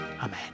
Amen